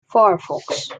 firefox